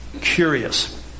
Curious